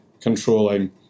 controlling